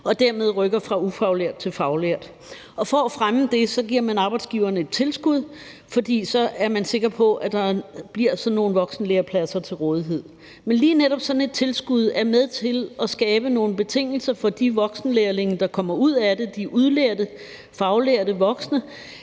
og dermed rykke fra ufaglært til faglært. For at fremme det giver man arbejdsgiverne et tilskud, fordi man så er sikker på, at der bliver nogle voksenlærepladser til rådighed. Men lige netop sådan et tilskud er med til at skabe nogle betingelser for de voksenlærlinge, der kommer ud af det – de udlærte faglærte voksne